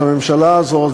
הממשלה הזאת,